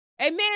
Amen